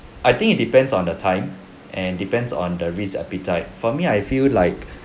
I think it depends on the time and depends on the risk appetite for me I feel like